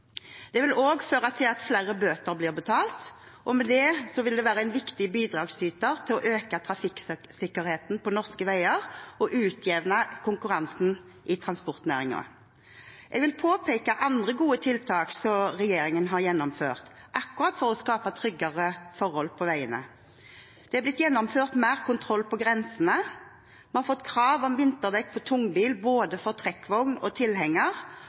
Det vil også føre til at flere bøter blir betalt, og med det være en viktig bidragsyter til å øke trafikksikkerheten på norske veier og utjevne konkurransen i transportnæringen. Jeg vil påpeke andre gode tiltak som regjeringen har gjennomført for nettopp å skape tryggere forhold på veiene. Det er blitt gjennomført mer kontroll på grensene. Vi har fått krav om vinterdekk på tungbil både for trekkvogn og tilhenger,